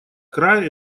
края